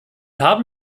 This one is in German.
haben